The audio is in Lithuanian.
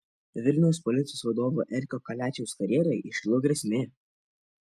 vilniaus policijos vadovo eriko kaliačiaus karjerai iškilo grėsmė